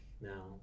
now